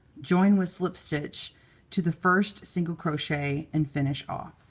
join with slip stitch to the first single crochet and finish off.